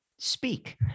speak